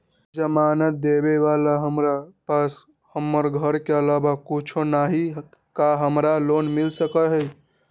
जमानत देवेला हमरा पास हमर घर के अलावा कुछो न ही का हमरा लोन मिल सकई ह?